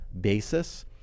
basis